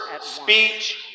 speech